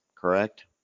Correct